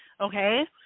okay